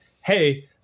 hey